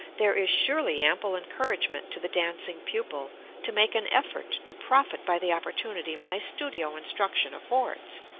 there is surely ample encouragement to the dancing pupil to make an effort to profit by the opportunity my studio instruction affords,